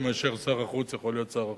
מאשר שר החוץ יכול להיות שר החוץ.